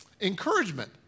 encouragement